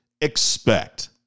expect